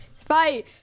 Fight